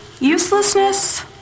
Uselessness